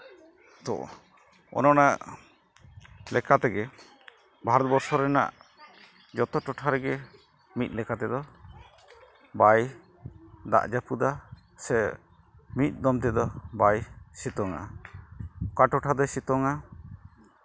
ᱛᱚ ᱚᱱᱮ ᱚᱱᱟ ᱞᱮᱠᱟ ᱛᱮᱜᱮ ᱵᱷᱟᱨᱚᱛᱵᱚᱨᱥᱚ ᱨᱮᱱᱟᱜ ᱡᱚᱛᱚ ᱴᱚᱴᱷᱟ ᱨᱮᱜᱮ ᱢᱤᱫ ᱞᱮᱠᱟ ᱛᱮᱫᱚ ᱵᱟᱭ ᱫᱟᱜ ᱡᱟᱹᱯᱩᱫᱟ ᱥᱮ ᱢᱤᱫ ᱫᱚᱢ ᱛᱮᱫᱚ ᱵᱟᱭ ᱥᱤᱛᱩᱝᱼᱟ ᱚᱠᱟ ᱴᱚᱴᱷᱟ ᱫᱚᱭ ᱥᱤᱛᱩᱝᱼᱟ